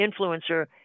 influencer